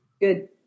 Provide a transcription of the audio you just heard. good